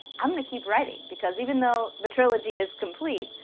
i'm going to keep writing because even though the trilogy is complete,